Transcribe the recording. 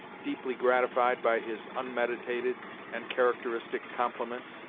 deeply gratified by his unmeditated and characteristic compliments.